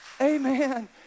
Amen